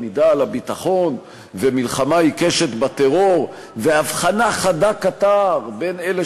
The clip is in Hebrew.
עמידה על הביטחון ומלחמה עיקשת בטרור והבחנה חדה כתער בין אלה